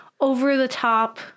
over-the-top